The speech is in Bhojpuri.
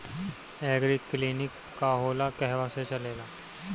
एगरी किलिनीक का होला कहवा से चलेँला?